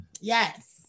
Yes